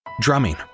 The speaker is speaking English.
Drumming